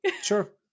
sure